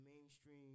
mainstream